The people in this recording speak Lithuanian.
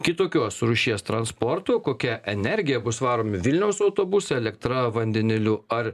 kitokios rūšies transportu kokia energija bus varomi vilniaus autobusai elektra vandeniliu ar